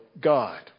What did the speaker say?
God